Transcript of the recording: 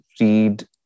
read